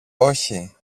όχι